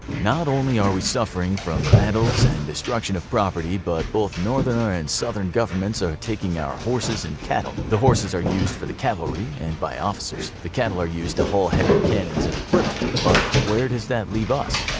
not only are we suffering from battles and destruction of property, but both norther and southern governments are are taking our horses and cattle. the horses are used for the cavalry and by officers. the cattle are used to hull heavy cannons and equipment. but where does that leave us?